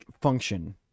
function